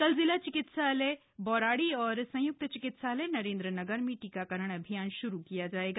कल जिला अस्पताल बौराड़ी और संय्क्त चिकित्सालय नरेंद्रनगर में टीकाकरण अभियान श्रू किया जाएगा